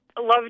love